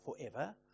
forever